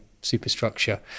superstructure